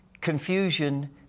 confusion